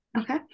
okay